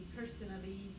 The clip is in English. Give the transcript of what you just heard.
personally